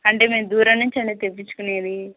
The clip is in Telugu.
అంటే మేము దూరం నుంచండి తెప్పించుకునేది